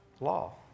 Law